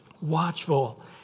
Watchful